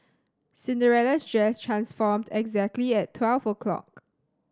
Cinderella's dress transformed exactly at twelve o'clock